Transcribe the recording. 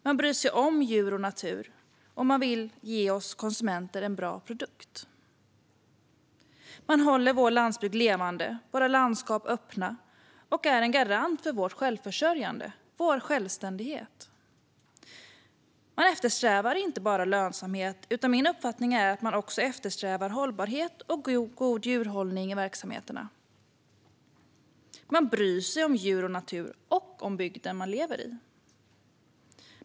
Man bryr sig om djur och natur, och man vill ge oss konsumenter en bra produkt. Man håller vår landsbygd levande och våra landskap öppna och är en garant för vår självförsörjning och vår självständighet. Man eftersträvar inte bara lönsamhet, utan min uppfattning är att man också eftersträvar hållbarhet och god djurhållning i verksamheterna. Man bryr sig om djur och natur och om bygden man lever i.